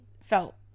felt